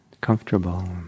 comfortable